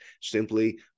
Simply